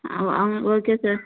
okay sir